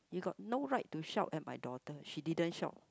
you got no right to shout at my daughter she didn't shout